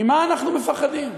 ממה אנחנו מפחדים?